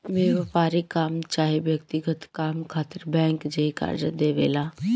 व्यापारिक काम चाहे व्यक्तिगत काम खातिर बैंक जे कर्जा देवे ला